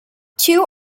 two